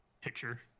picture